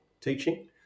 teaching